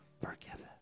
forgiven